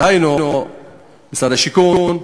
דהיינו משרד השיכון,